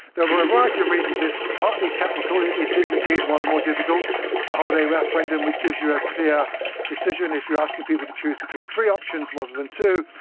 there were a variety of reasons for this, partly technical, it it is indeed rather more difficult to hold a referendum which gives you a clear decision if you're asking people to choose between three options rather than two.